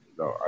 no